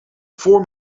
voor